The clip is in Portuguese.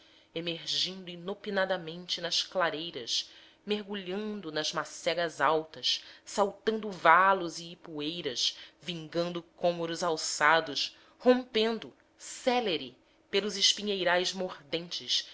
emergindo inopinadamente nas clareiras mergulhando nas macegas altas saltando valos e ipueiras vingando cômoros alçados rompendo célere pelos espinheirais mordentes